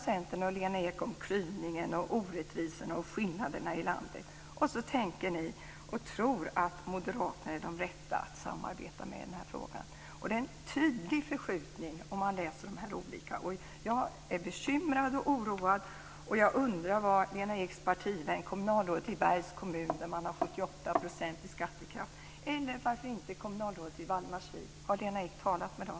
Centern och Lena Ek talar om klyvning, orättvisor och skillnader i landet - och ni tror att Moderaterna är de rätta att samarbeta med i den här frågan! Det är faktiskt en tydlig förskjutning här. Det framgår när man läser de olika skrivningarna. Jag är bekymrad och oroad och undrar vad Lena Eks partivän kommunalrådet i Bergs kommun där man har 78 % skattekraft eller - varför inte? - kommunalrådet i Valdemarsvik säger. Har Lena Ek talat med dem?